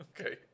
Okay